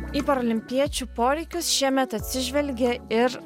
į paralimpiečių poreikius šiemet atsižvelgė ir